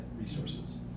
resources